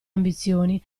ambizioni